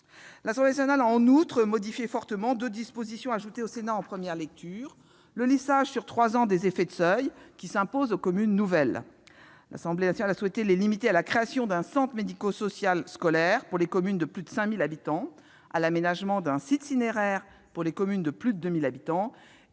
L'Assemblée nationale a, en outre, modifié fortement deux dispositions ajoutées au Sénat en première lecture. Il s'agit, tout d'abord, du lissage sur trois ans des effets de seuils qui s'imposent aux communes nouvelles. L'Assemblée nationale a souhaité les limiter à la création d'un centre médico-social scolaire pour les communes de plus de 5 000 habitants, à l'aménagement d'un site cinéraire pour les communes de plus de 2 000 habitants, et à l'établissement d'un bilan